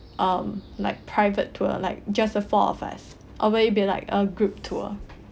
um like private tour like just the four of us or will it be like a group tour